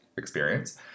experience